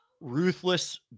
ruthless